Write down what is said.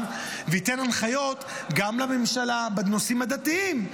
וייתן הנחיות גם לממשלה בנושאים הדתיים.